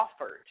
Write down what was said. offered